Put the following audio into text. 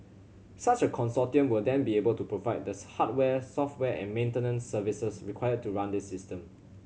such a consortium will then be able to provide the hardware software and maintenance services required to run this system